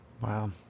Wow